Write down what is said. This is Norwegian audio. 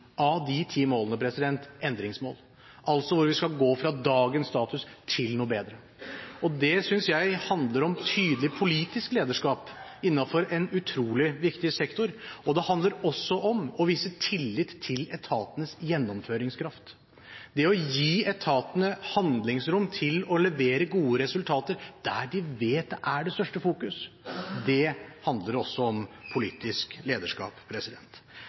av de 10 målene endringsmål, altså at man skal gå fra dagens status til noe bedre. Det synes jeg handler om tydelig politisk lederskap innenfor en utrolig viktig sektor. Det handler også om å vise tillit til etatenes gjennomføringskraft. Det å gi etatene handlingsrom til å levere gode resultater der de vet det er størst fokus, handler også om politisk lederskap.